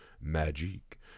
magic